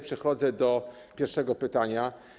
Przechodzę do pierwszego pytania.